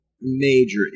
major